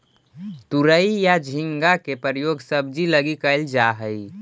तुरई या झींगा के प्रयोग सब्जी लगी कैल जा हइ